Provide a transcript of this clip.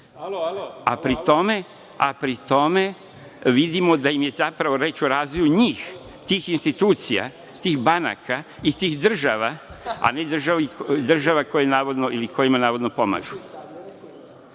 a pri tome vidimo da im je zapravo reč o razvoju njih, tih institucija, tih banaka i tih država, a ne država koje navodno ili